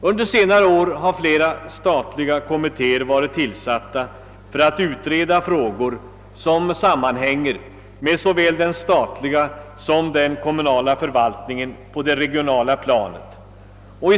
Under senare år har flera statliga kommittéer utrett frågor som sammanhänger med såväl den statliga som den kommunala förvaltningen på det regionala planet.